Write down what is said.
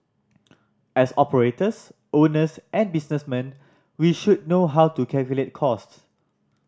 as operators owners and businessmen we should know how to calculate costs